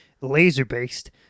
laser-based